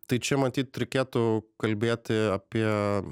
tai čia matyt reikėtų kalbėti apie